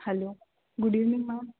hello good evening ma'am